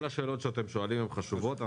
כל השאלות שאתם שואלים הן חשובות.